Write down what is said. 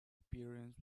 appearance